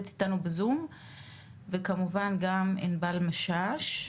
וכמובן גם ענבל משש.